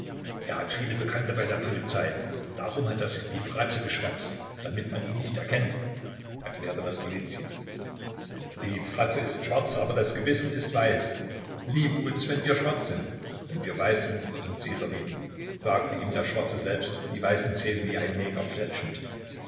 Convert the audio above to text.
er hat viele bekannte bei der polizei darum hat er sich die fratze geschwärzt damit man ihn nicht erkennt erklärte man golizyn die fratze ist schwarz aber das gewissen ist weiß liebe uns wenn wir schwarz sind wenn wir weiß sind wird uns jeder lieben sagte ihm der schwarze selbst die weißen zähne wie ein neger